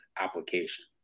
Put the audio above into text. application